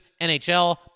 NHL